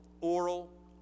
oral